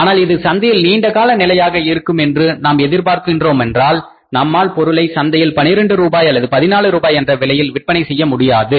ஆனால் இது சந்தையில் நீண்டகால நிலையாக இருக்கும் என்று நாம் எதிர்பார்க்கின்றோமென்றால் நம்மால் பொருளை சந்தையில் 12 ரூபாய் அல்லது 14 ரூபாய் என்ற விலையில் விற்பனை செய்ய முடியாது